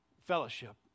fellowship